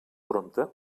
prompte